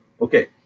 Okay